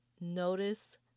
Notice